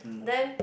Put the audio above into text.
then